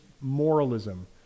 moralism